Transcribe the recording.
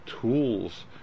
tools